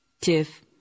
tiff